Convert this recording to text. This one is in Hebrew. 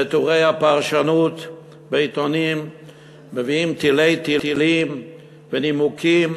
וטורי הפרשנות בעיתונים מביאים תלי-תלים של נימוקים,